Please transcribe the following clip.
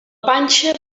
panxa